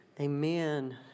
Amen